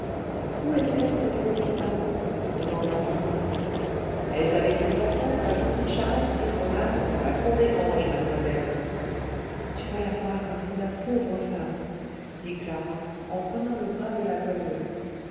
où est-elle cette pauvre femme demanda clara elle est avec ses enfants sa petite charrette et son âne dans la cour des granges mademoiselle tu vas la voir marie la pauvre femme dit clara en prenant le bras de la goualeuse